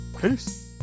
Peace